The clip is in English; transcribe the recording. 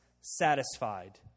satisfied